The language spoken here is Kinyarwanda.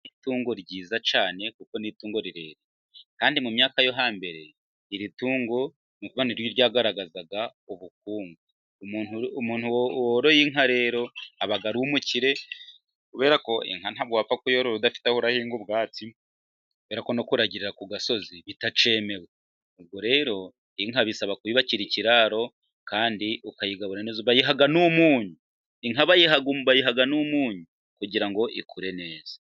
Itungo ryiza cyane kuko ni itungo rirerire kandi mu myaka yo hambere iri tungo ni ukuvuga ngo ni ryo ryagaragazaga ubukungu, umuntu umuntu woroye inka rero aba ari umukire kubera ko inka ntabwo wapfa kuyorora udafite aho uhinga ubwatsi kubera ko no kuragirira ku gasozi bitacyemewe. Ubwo rero inka bisaba kuyubakira ikiraro kandi ukayigaburira neza, inka bayiha umunyu bayiha n'umunyu kugira ngo ikure neza.